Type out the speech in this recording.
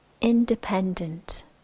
independent